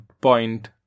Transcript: point